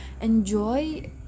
enjoy